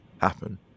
happen